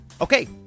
okay